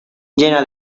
llena